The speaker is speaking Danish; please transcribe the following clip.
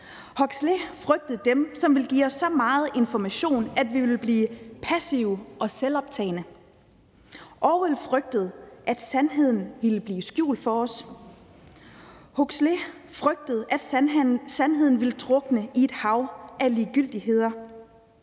Huxley frygtede dem, som ville give os så meget information, at vi ville blive passive og selvoptagne. Orwell frygtede, at sandheden ville blive skjult for os. Huxley frygtede, at sandheden ville drukne i et hav af ligegyldigheder.